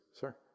Sir